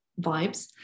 vibes